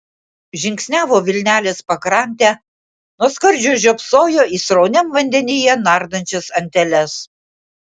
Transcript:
žingsniavo vilnelės pakrante nuo skardžio žiopsojo į srauniam vandenyje nardančias anteles